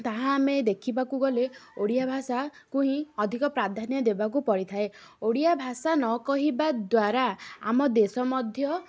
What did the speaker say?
ତାହା ଆମେ ଦେଖିବାକୁ ଗଲେ ଓଡ଼ିଆ ଭାଷାକୁ ହିଁ ଅଧିକ ପ୍ରାଧାନ୍ୟ ଦେବାକୁ ପଡ଼ିଥାଏ ଓଡ଼ିଆ ଭାଷା ନ କହିବା ଦ୍ୱାରା ଆମ ଦେଶ ମଧ୍ୟ